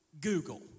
Google